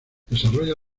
desarrolla